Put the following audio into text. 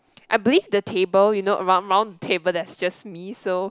I believe the table you know a round round table that is just me so